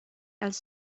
als